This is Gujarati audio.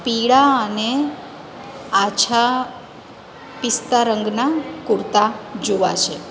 પીળા અને આછા પિસ્તા રંગના કુર્તા જોવા છે